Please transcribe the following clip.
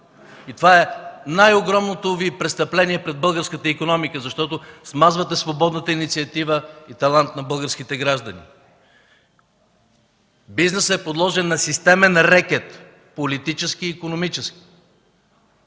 И това е най-огромното Ви престъпление пред българската икономика, защото смазвате свободната инициатива и талант на българските граждани. Бизнесът е подложен на системен рекет – политически и икономически.